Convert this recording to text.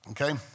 Okay